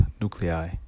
nuclei